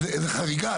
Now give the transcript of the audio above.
זו חריגה,